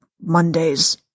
Mondays